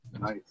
Nice